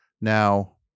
Now